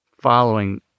following